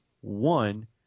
One